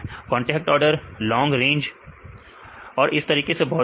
contact order long range और इस तरीके से बहुत कुछ